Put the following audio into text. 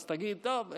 אז תגיד: טוב,